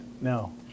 No